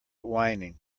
whining